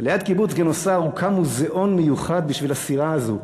וליד קיבוץ גינוסר הוקם מוזיאון מיוחד בשביל הסירה הזו,